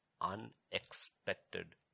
unexpected